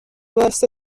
واسه